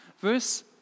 Verse